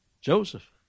Joseph